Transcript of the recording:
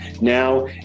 now